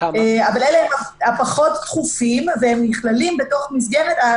אבל אלה הפחות דחופים והם נכללים בתוך מסגרת של